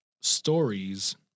stories